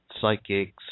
psychics